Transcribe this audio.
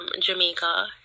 Jamaica